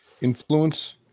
influence